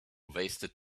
wasted